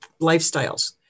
lifestyles